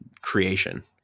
creation